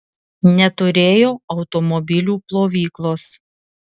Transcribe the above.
neturėjo automobilių plovyklos